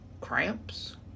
cramps